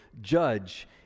judge